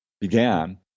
began